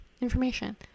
information